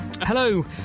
Hello